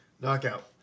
Knockout